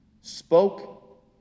spoke